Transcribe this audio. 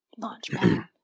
Launchpad